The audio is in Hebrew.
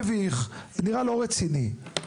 מביך ונראה לא רציני.